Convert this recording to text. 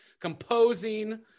composing